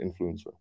influencer